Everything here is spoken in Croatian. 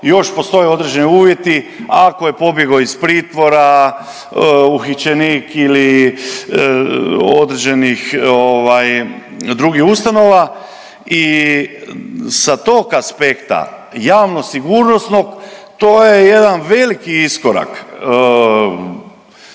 još postoje određeni uvjeti ako je pobjegao iz pritvora uhićenik ili određenih ovaj drugih ustanova i sa tog aspekta javno sigurnosnog to je jedan veliki iskorak